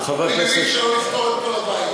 אני מבין שלא נוכל לפתור את כל הבעיות.